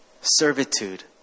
servitude